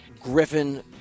Griffin